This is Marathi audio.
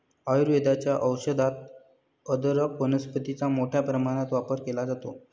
आयुर्वेदाच्या औषधात अदरक वनस्पतीचा मोठ्या प्रमाणात वापर केला जातो